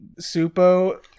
Supo